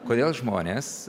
kodėl žmonės